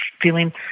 feeling